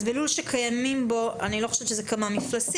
בלול שקיימים בו אני לא חושבת שזה כמה מפלסים,